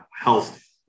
health